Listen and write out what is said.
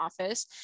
office